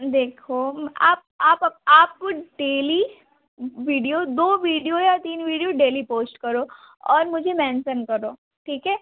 देखो आप आप आपको डेली वीडियो दो वीडियो या तीन वीडियो डेली पोश्ट करो और मुझे मेंसन करो ठीक है